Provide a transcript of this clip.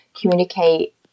communicate